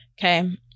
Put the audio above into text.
Okay